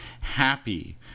happy